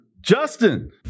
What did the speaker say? Justin